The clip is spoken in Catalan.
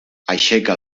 aixeca